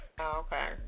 Okay